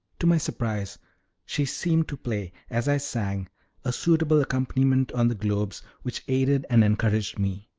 to my surprise she seemed to play as i sang a suitable accompaniment on the globes, which aided and encouraged me,